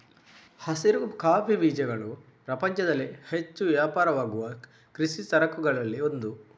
ಹಸಿರು ಕಾಫಿ ಬೀಜಗಳು ಪ್ರಪಂಚದಲ್ಲಿ ಹೆಚ್ಚು ವ್ಯಾಪಾರವಾಗುವ ಕೃಷಿ ಸರಕುಗಳಲ್ಲಿ ಒಂದು